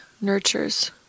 nurtures